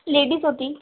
ladies होती